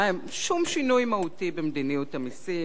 שום שינוי מהותי במדיניות המסים,